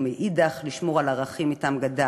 ומאידך לשמור על ערכים שאתם גדל.